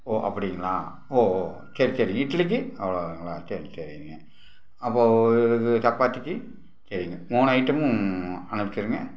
ஓ அப்படிங்களா ஓ ஓ சரி சரி இட்லிக்கு அவ்வளோ ஆகுங்களா சரி சரிங்க அப்போது இது இது சப்பாத்திக்கு சரிங்க மூணு ஐட்டமும் அனுப்பிச்சிருங்க